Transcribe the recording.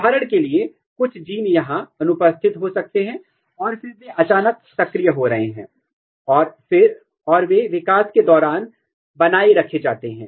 उदाहरण के लिए कुछ जीन यहां अनुपस्थित हो सकते हैं और फिर वे अचानक सक्रिय हो रहे हैं और वे विकास के दौरान बनाए रखे जाते हैं